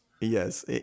Yes